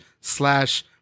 slash